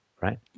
right